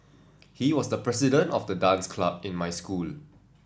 he was the president of the dance club in my school